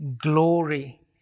glory